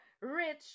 rich